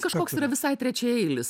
kažkoks yra visai trečiaeilis